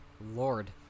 Lord